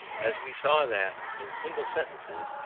as we saw that, in single sentences,